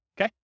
Okay